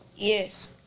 Yes